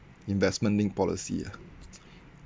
investment-linked policy ah